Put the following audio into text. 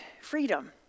freedom